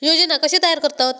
योजना कशे तयार करतात?